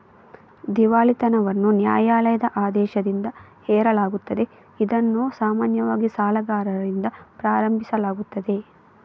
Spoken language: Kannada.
ದಿವಾಳಿತನವನ್ನು ನ್ಯಾಯಾಲಯದ ಆದೇಶದಿಂದ ಹೇರಲಾಗುತ್ತದೆ, ಇದನ್ನು ಸಾಮಾನ್ಯವಾಗಿ ಸಾಲಗಾರರಿಂದ ಪ್ರಾರಂಭಿಸಲಾಗುತ್ತದೆ